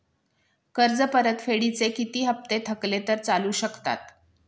कर्ज परतफेडीचे किती हप्ते थकले तर चालू शकतात?